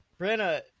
Brenna